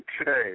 Okay